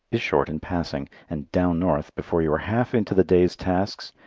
is short in passing, and down north, before you are half into the day's tasks,